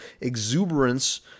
exuberance